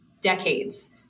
decades